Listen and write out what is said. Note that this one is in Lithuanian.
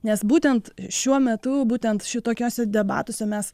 nes būtent šiuo metu būtent šitokiuose debatuose mes